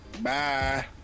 Bye